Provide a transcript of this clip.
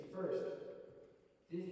First